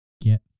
get